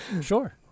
sure